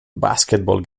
basketball